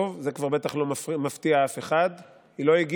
טוב, זה כבר בטח לא מפתיע אף אחד, "היא לא הגיעה".